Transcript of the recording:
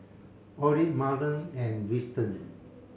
Orley Marlen and Wilton